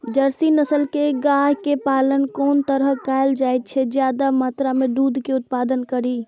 Jersey नस्ल के गाय के पालन कोन तरह कायल जाय जे ज्यादा मात्रा में दूध के उत्पादन करी?